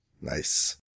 Nice